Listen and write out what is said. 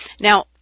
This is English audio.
Now